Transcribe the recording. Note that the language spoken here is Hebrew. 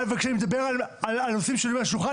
כשאני מדבר על הנושאים שעלו על השולחן,